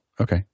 Okay